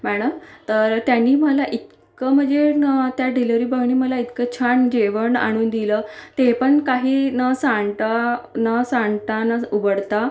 madam तर त्यांनी मला इतकं म्हणजे न त्या डिलेवरी बॉयनी मला इतकं छान जेवण आणून दिलं ते पण काही न सांडता न सांडता न उघडता